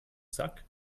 sack